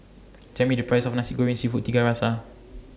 Tell Me The Price of Nasi Goreng Seafood Tiga Rasa